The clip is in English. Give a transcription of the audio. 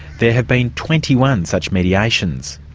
there have been twenty one such mediations.